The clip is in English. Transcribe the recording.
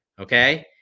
Okay